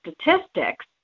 statistics